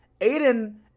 Aiden